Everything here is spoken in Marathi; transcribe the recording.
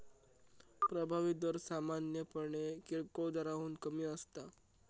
प्रभावी दर सामान्यपणे किरकोळ दराहून कमी असता